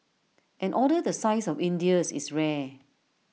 an order the size of India's is rare